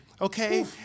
okay